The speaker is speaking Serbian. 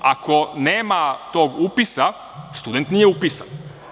Ako nema tog upisa, student nije upisan.